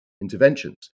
interventions